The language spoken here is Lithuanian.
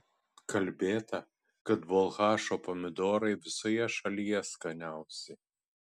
kalbėta kad balchašo pomidorai visoje šalyje skaniausi